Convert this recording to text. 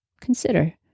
Consider